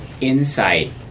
insight